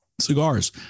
cigars